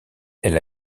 elle